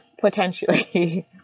potentially